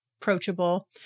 approachable